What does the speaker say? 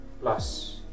plus